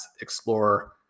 explorer